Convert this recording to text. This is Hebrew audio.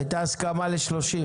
הייתה הסכמה ל-30.